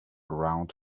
around